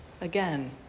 Again